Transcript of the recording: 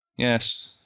Yes